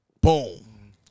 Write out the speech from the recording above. boom